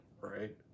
right